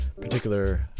particular